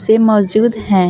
से मौजूद हैं